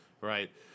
right